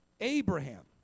Abraham